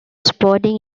sporting